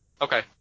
Okay